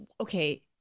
okay